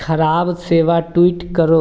खराब सेवा ट्वीट करो